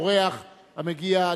אורח המגיע,